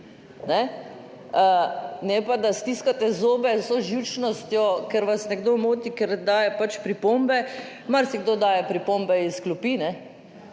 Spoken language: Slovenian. ne pa da stiskate zobe z vso živčnostjo, ker vas nekdo moti, ker daje pač pripombe. Marsikdo daje pripombe iz klopi